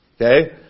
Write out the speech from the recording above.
okay